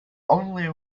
only